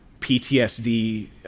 PTSD